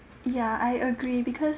ya I agree because